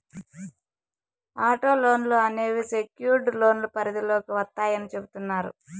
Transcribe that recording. auto లోన్లు అనేవి secured లోన్ల పరిధిలోకి వత్తాయని చెబుతున్నారు